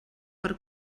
per